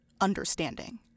understanding